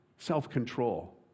Self-control